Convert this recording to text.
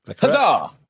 Huzzah